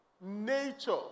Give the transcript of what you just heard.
nature